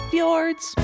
Fjords